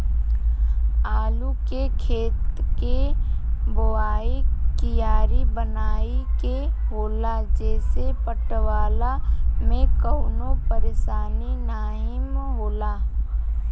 आलू के खेत के बोवाइ क्यारी बनाई के होला जेसे पटवला में कवनो परेशानी नाहीम होला